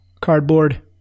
cardboard